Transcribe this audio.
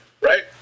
right